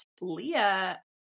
Leah